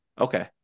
Okay